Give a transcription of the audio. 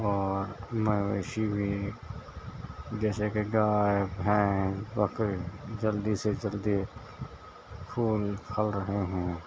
اور مویشی بھی جیسے کہ گائے بھینس بکری جلدی سے جلدی پھول پھل رہے ہیں